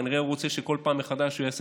כנראה הוא רוצה שבכל פעם מחדש שהוא יעשה